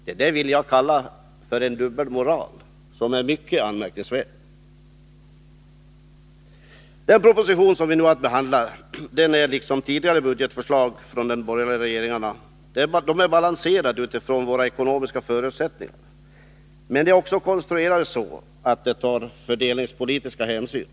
Detta vill jag kalla för en dubbelmoral som är mycket anmärkningsvärd. Förslagen i den proposition som vi nu har att behandla är, liksom tidigare budgetförslag från borgerliga regeringar, balanserade utifrån våra ekonomiska förutsättningar. Men de är också konstruerade så, att det tar fördelningspolitiska hänsyn.